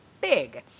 big